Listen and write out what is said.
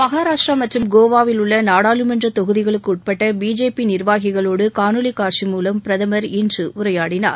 மகாராஷ்டிரா மற்றும் கோவாவில் உள்ள நாடாளுமன்ற தொகுதிகளுக்குட்பட்ட பிஜேபி நிர்வாகிகளோடு காணொலிக் காட்சி மூலம் பிரதமர் இன்று உரையாடினார்